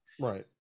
Right